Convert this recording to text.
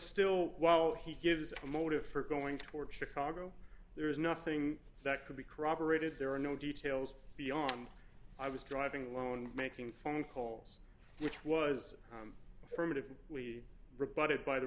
still while he gives a motive for going towards chicago there is nothing that could be corroborated there are no details beyond i was driving alone making phone calls which was affirmative rebutted by the